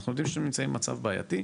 אנחנו יודעים שאתם נמצאים במצב בעייתי,